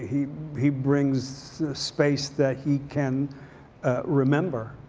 he he brings space that he can remember.